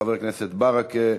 חבר הכנסת ברכה,